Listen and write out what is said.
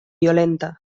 violenta